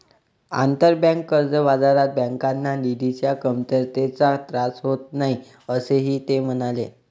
आंतरबँक कर्ज बाजारात बँकांना निधीच्या कमतरतेचा त्रास होत नाही, असेही ते म्हणाले